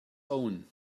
own